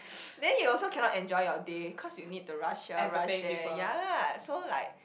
then you also cannot enjoy your day cause you need to rush here rush there ya lah so like